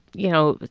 you know,